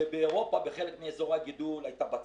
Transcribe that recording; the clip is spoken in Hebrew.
באירופה בחלק מאזור הגידול הייתה בצורת.